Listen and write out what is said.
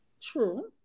True